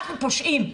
אנחנו פושעים.